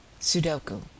Sudoku